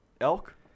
elk